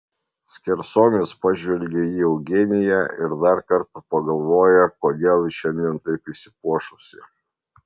skersom jis pažvelgia į eugeniją ir dar kartą pagalvoja kodėl ji šiandien taip išsipuošusi